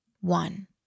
one